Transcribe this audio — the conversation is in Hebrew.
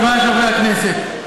חברי חברי הכנסת,